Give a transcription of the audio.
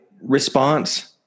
response